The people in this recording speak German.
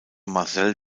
marcel